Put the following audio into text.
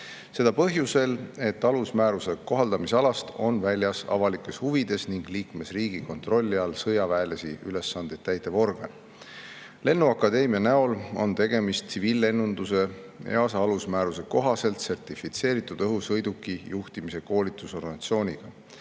Seda põhjusel, et alusmääruse kohaldamisalast on väljas avalikes huvides ning liikmesriigi kontrolli all sõjaväelisi ülesandeid täitev organ. Lennuakadeemia näol on tegemist tsiviillennunduse EASA alusmääruse kohaselt sertifitseeritud õhusõiduki juhtimise koolitusorganisatsiooniga.